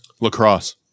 Lacrosse